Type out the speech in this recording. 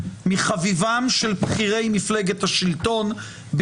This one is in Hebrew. מחביבם של בכירי מפלגת השלטון,